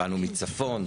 באנו מצפון,